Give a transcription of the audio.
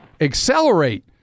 accelerate